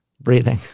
Breathing